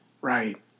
right